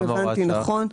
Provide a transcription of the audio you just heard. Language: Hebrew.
אם הבנתי נכון.